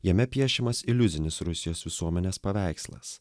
jame piešiamas iliuzinis rusijos visuomenės paveikslas